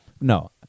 No